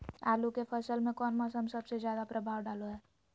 आलू के फसल में कौन मौसम सबसे ज्यादा प्रभाव डालो हय?